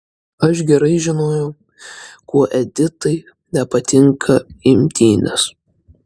aš gerai žinojau kuo editai nepatinka imtynės